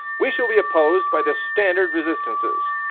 we shall be opposed by the standard resistances